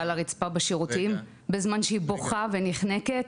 לרצפה בשירותים בזמן שהיא בוכה ונחנקת?